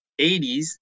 80s